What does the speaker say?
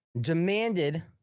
demanded